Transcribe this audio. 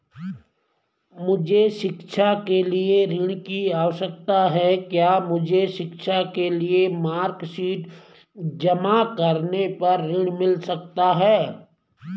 मुझे शिक्षा के लिए ऋण की आवश्यकता है क्या मुझे शिक्षा के लिए मार्कशीट जमा करने पर ऋण मिल सकता है?